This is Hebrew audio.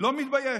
לא מתבייש,